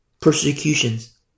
persecutions